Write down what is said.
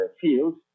fields